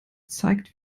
zeigt